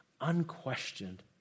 unquestioned